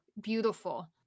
beautiful